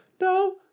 No